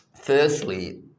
Firstly